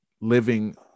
living